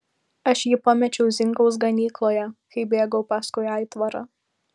aš jį pamečiau zinkaus ganykloje kai bėgau paskui aitvarą